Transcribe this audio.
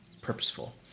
purposeful